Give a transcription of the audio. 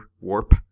warp